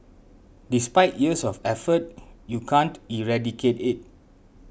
despite years of effort you can't eradicate it